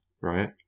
right